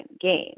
game